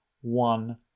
one